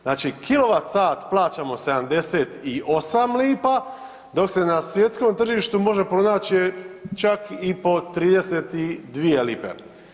Znači, kilovat sat plaćamo 78 lipa, dok se na svjetskom tržištu može pronaći čak i po 32 lipe.